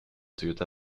toyota